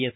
S